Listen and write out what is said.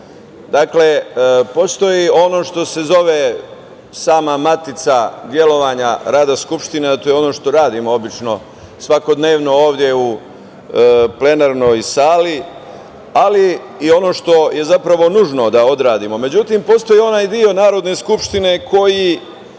mora. Dakle, postoji ono što se zove sama matica delovanja rada Skupštine, a to je ono što radimo obično svakodnevno ovde u plenarnoj sali, ali i ono što je zapravo nužno da odradimo. Međutim, postoji i onaj deo Narodne skupštine koji